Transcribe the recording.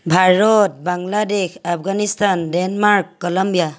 Bharat Bangladesh Afghanistan Denmark Colombia